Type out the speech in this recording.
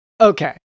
Okay